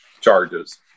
charges